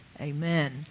amen